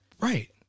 Right